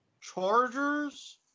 Chargers